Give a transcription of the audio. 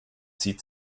zieht